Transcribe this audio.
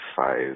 five